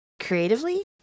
creatively